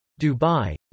Dubai